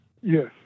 Yes